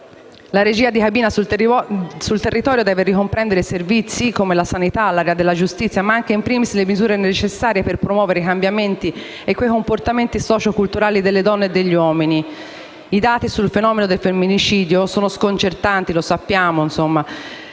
La cabina di regia sul territorio deve ricomprendere servizi come la sanità e l'area della giustizia, ma *in primis* anche le misure necessarie per promuovere i cambiamenti e quei comportamenti socioculturali delle donne e degli uomini. I dati sul fenomeno del femminicidio sono sconcertanti, come sappiamo: le